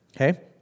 Okay